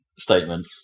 Statement